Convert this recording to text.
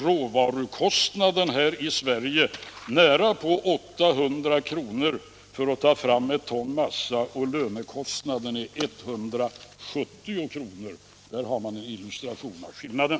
Råvarukostnaden för att ta fram ett ton massa är nära 800 kr. här i Sverige och lönekostnaden är 170 kr. Där har man en illustration av skillnaden.